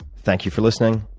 thank you for listening.